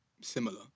similar